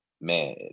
man